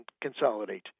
consolidate